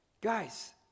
Guys